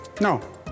No